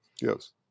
Yes